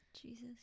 Jesus